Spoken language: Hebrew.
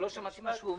לא שמעתי את מה שהוא אמר.